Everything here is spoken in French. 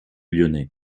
lyonnais